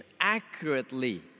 accurately